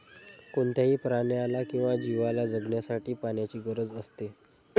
कोणत्याही प्राण्याला किंवा जीवला जगण्यासाठी पाण्याची गरज असते